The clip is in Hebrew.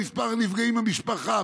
במספר הנפגעים במשפחה,